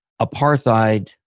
apartheid